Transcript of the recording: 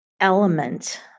element